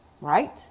Right